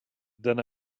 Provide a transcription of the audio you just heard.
then